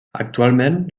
actualment